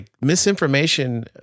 misinformation